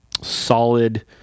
solid